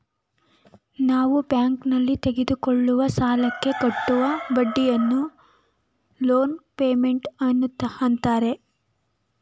ನಾವು ಬ್ಯಾಂಕ್ನಲ್ಲಿ ತೆಗೆದುಕೊಳ್ಳುವ ಸಾಲಕ್ಕೆ ಕಟ್ಟುವ ಬಡ್ಡಿಯನ್ನು ಲೋನ್ ಪೇಮೆಂಟ್ ಅಂತಾರೆ